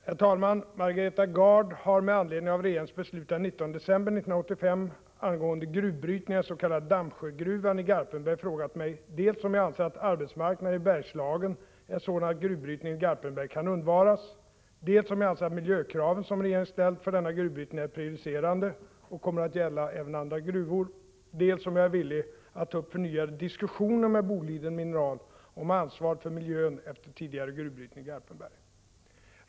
Herr talman! Margareta Gard har med anledning av regeringens beslut den 19 december 1985 angående gruvbrytning i den s.k. Dammsjögruvan i Garpenberg frågat mig dels om jag anser att arbetsmarknaden i Bergslagen är sådan att gruvbrytningen i Garpenberg kan undvaras, dels om jag anser att miljökraven som regeringen ställt för denna gruvbrytning är prejudicerande och kommer att gälla även för andra gruvor och dels om jag är villig att ta upp förnyade diskussioner med Boliden Mineral AB om ansvaret för miljön efter tidigare gruvbrytning i Garpenberg.